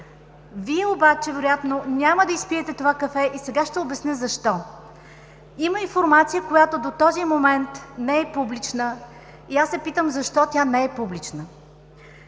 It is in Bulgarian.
Вие обаче вероятно няма да изпиете това кафе и сега ще обясня защо. Има информация, която до този момент не е публична и аз се питам: защо тя не е публична?